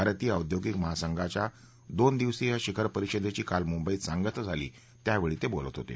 भारतीय औद्योगिक महासंघाच्या दोन दिवसीय शिखर परिषदेची काल मुंबईत सांगता झाली त्यावेळी ते बोलत होते